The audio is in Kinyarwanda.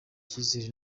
icyizere